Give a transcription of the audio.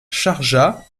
chargea